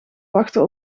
wachten